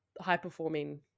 high-performing